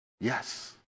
Yes